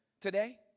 today